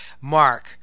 Mark